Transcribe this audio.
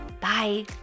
Bye